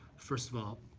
first of all,